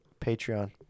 patreon